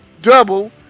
double